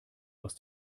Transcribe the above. aus